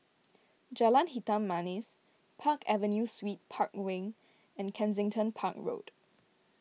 Jalan Hitam Manis Park Avenue Suites Park Wing and Kensington Park Road